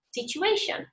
situation